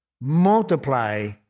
multiply